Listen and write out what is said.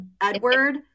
Edward